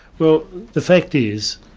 well the fact is,